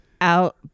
out